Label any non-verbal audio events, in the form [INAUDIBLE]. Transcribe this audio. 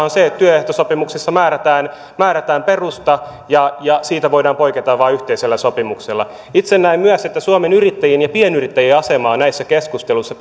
[UNINTELLIGIBLE] on se että työehtosopimuksissa määrätään määrätään perusta ja ja siitä voidaan poiketa vain yhteisellä sopimuksella itse näen myös että suomen yrittäjien ja pienyrittäjien asemaa näissä keskusteluissa [UNINTELLIGIBLE]